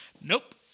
Nope